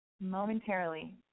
momentarily